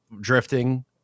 drifting